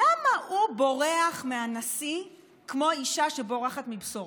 למה הוא בורח מהנשיא כמו אישה שבורחת מבשורה?